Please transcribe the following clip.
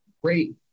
great